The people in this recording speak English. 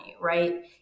right